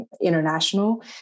international